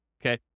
okay